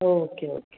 okay okay